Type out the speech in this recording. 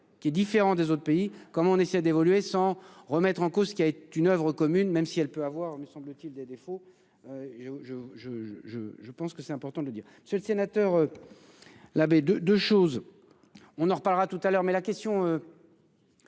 qui est différent des autres pays, comme on essaie d'évoluer sans remettre en cause ce qui a été une oeuvre commune même si elle peut avoir, mais semble-t-il des défauts. Je je je je je pense que c'est important de le dire, c'est le sénateur. La baie de de choses. On en reparlera tout à l'heure mais la question.